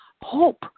hope